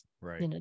right